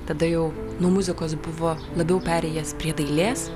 tada jau nuo muzikos buvo labiau perėjęs prie dailės